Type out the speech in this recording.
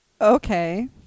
Okay